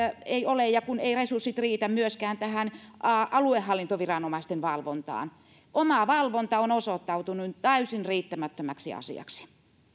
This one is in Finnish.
ei ole kun eivät resurssit riitä myöskään tähän aluehallintoviranomaisten valvontaan omavalvonta on osoittautunut täysin riittämättömäksi asiaksi